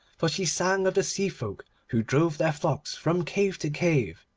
for she sang of the sea-folk who drive their flocks from cave to cave,